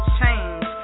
change